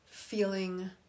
feeling